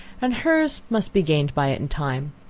and hers must be gained by it in time.